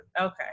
Okay